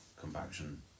compaction